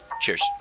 Cheers